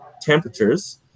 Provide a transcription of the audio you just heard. temperatures